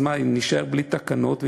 אז נישאר בלי תקנות.